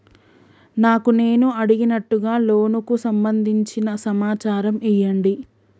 నాకు నేను అడిగినట్టుగా లోనుకు సంబందించిన సమాచారం ఇయ్యండి?